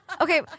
Okay